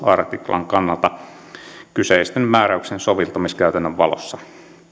artiklan kannalta kyseisen määräyksen soveltamiskäytännön valossa